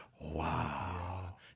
wow